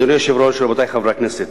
אדוני היושב-ראש, רבותי חברי הכנסת,